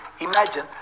imagine